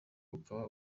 ukaba